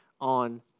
on